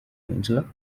angela